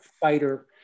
fighter